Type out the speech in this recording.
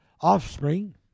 offspring